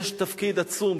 יש תפקיד עצום,